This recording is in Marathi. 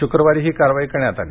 शुक्रवारी ही कारवाई करण्यात आली